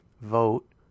vote